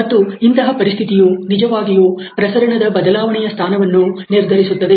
ಮತ್ತು ಇಂತಹ ಪರಿಸ್ಥಿತಿಯು ನಿಜವಾಗಿಯೂ ಪ್ರಸರಣದ ಬದಲಾವಣೆಯ ಸ್ಥಾನವನ್ನು ನಿರ್ಧರಿಸುತ್ತದೆ